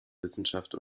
wissenschaft